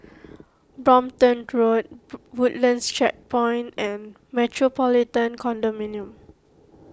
Brompton Road Woodlands Checkpoint and Metropolitan Condominium